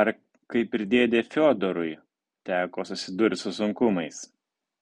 ar kaip ir dėdei fiodorui teko susidurti su sunkumais